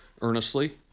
earnestly